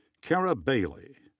kara bailey.